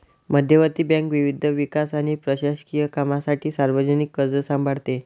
मध्यवर्ती बँक विविध विकास आणि प्रशासकीय कामांसाठी सार्वजनिक कर्ज सांभाळते